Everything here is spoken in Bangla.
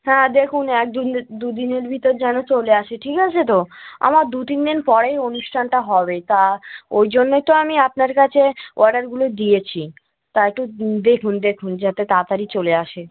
হ্যাঁ দেখুন এক দু দিনের দু দিনের ভিতর যেন চলে আসে ঠিক আছে তো আমার দু তিন দিন পরেই অনুষ্ঠানটা হবে তা ওই জন্যই তো আমি আপনার কাছে অর্ডারগুলো দিয়েছি তা একটু দেখুন দেখুন যাতে তাতাড়ি চলে আসে